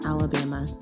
Alabama